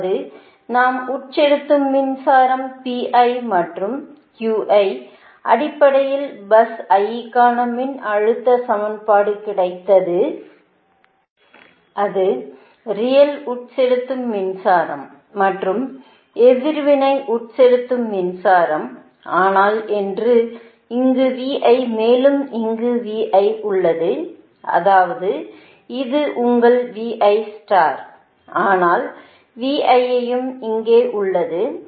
அதாவது நாம் உட்செலுத்தும் மின்சாரம் மற்றும் அடிப்படையில் பஸ் i க்கான மின்னழுத்த சமன்பாடு கிடைத்தது அது ரியல் உட்செலுத்தும் மின்சாரம் மற்றும் எதிர்வினை உட்செலுத்தும் மின்சாரம் ஆனால் என்று இங்கே மேலும் இங்கும் உள்ளது அதாவது இது உங்கள் ஆனால் யும் இங்கே உள்ளது